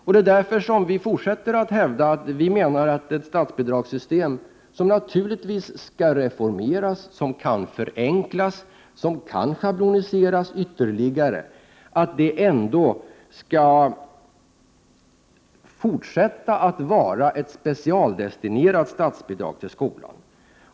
Vi i centern fortsätter att hävda att statsbidragssystemet — som naturligtvis skall reformeras, förenklas och ytterligare schabloniseras — även i fortsättningen skall innebära att specialdestinerade statsbidrag ges till skolan.